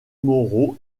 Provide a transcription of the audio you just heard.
moraux